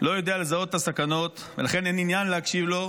לא יודע לזהות את הסכנות ולכן אין עניין להקשיב לו,